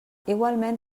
igualment